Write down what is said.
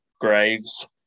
graves